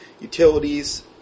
Utilities